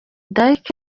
d’arc